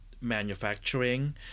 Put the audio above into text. manufacturing